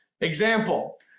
Example